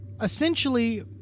essentially